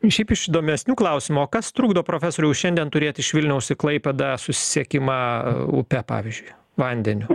šiaip iš įdomesnių klausimų o kas trukdo profesoriau šiandien turėti iš vilniaus į klaipėdą susisiekimą upe pavyzdžiui vandeniu